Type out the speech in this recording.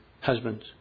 husbands